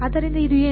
ಆದ್ದರಿಂದ ಇದು ಏನು